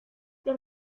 los